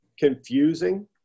confusing